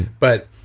but